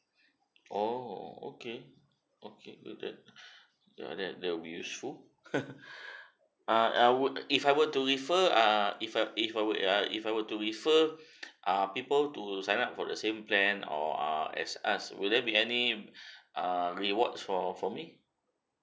oh okay okay good then ya that that will be useful ah ah would if I were to refer ah if I if I were uh if I were to refer ah people to sign up for the same plan or are as us will there be any ah rewards for for me